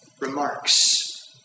remarks